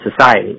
society